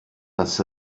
das